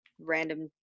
random